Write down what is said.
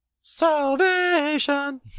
Salvation